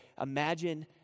imagine